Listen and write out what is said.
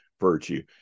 virtue